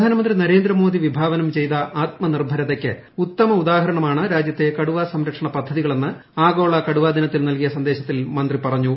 പ്രധാനമന്ത്രി നരേന്ദ്ര മോദി വിഭാവനം ചെയ്ത ആത്മ നിർഭരതയ്ക്ക് ഉത്തമ ഉദാഹരണമാണ് രാജ്യത്തെ കടുവ സംരക്ഷണ പദ്ധതികളെന്ന് ആഗോള കടുവ ദിനത്തിൽ നൽകിയ സന്ദേശത്തിൽ മന്ത്രി പറഞ്ഞു